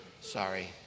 Sorry